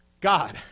God